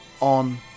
on